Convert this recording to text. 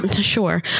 sure